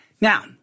Now